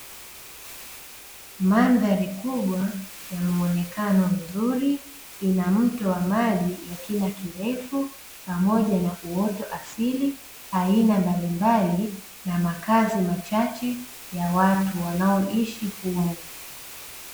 Mandhari kubwa ya muonekano mzuri, ina mto wa maji ya kina kirefu, pamoja na uoto asili aina mbalimbali na makazi machache ya watu wanaoishi humo.